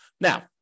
now